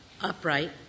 upright